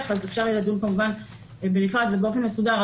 אפשר יהיה לדון כמובן בנפרד ובאופן מסודר,